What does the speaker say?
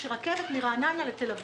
כשרכבת מרעננה לתל אביב,